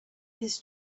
his